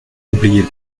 oubliez